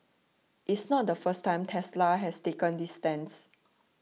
it's not the first time Tesla has taken this stance